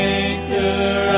anchor